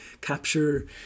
capture